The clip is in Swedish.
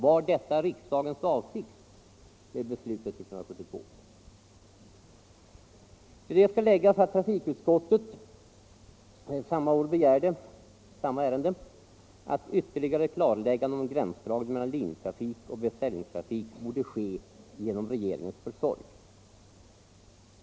Till detta skall läggas att trafikutskottet i samma ärende samma år begärde ett ytterligare klarläggande om gränsdragningen mellan linjetrafik och beställningstrafik skulle ske genom regeringens försorg.